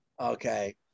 Okay